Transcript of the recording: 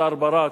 השר ברק,